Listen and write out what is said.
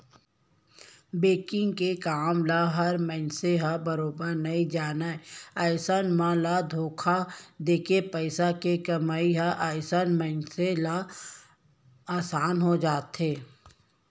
banking के काम ल हर मनसे ह बरोबर नइ जानय अइसन म धोखा देके पइसा के कमई ह अइसन मनसे मन ले असान हो जाथे